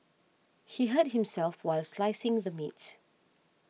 he hurt himself while slicing the meat